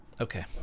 Okay